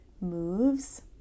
moves